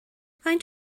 faint